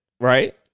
right